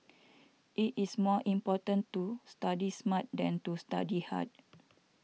it is more important to study smart than to study hard